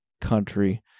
country